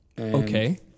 Okay